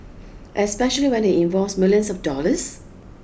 especially when it involves millions of dollars